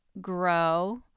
grow